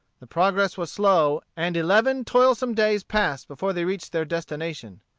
the progress was slow, and eleven toilsome days passed before they reached their destination.